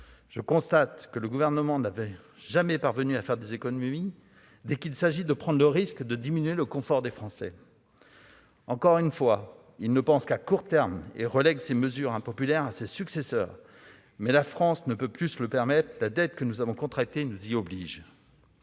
Je constate que le Gouvernement n'est jamais parvenu à faire des économies dès lors qu'il a été question de prendre le risque de diminuer le confort des Français. Encore une fois, l'exécutif ne pense qu'à court terme et relègue ces mesures impopulaires à ses successeurs. Or la France ne peut plus se le permettre, car la dette que nous avons contractée nous y oblige.